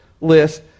list